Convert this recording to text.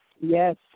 Yes